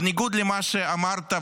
בניגוד למה שאמרת,